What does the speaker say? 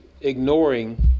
ignoring